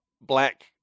black